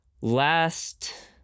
last